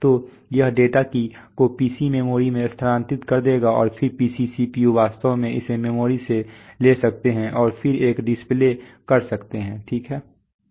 तो यह डेटा को पीसी मेमोरी में स्थानांतरित कर देगा और फिर PC CPU वास्तव में इसे मेमोरी से ले सकते हैं और फिर एक डिस्प्ले कर सकते हैं ठीक है